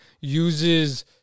uses